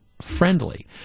friendly